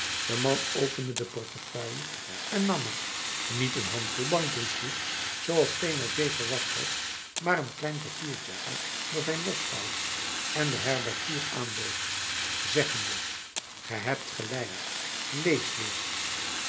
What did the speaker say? de man opende de portefeuille en nam er niet een handvol bankbriefjes zooals thénardier verwacht had maar een klein papiertje uit dat hij losvouwde en den herbergier aanbood zeggende ge hebt gelijk lees dus